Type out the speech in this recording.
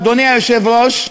אדוני היושב-ראש,